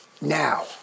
Now